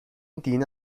دینا